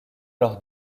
lors